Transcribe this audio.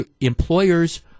employers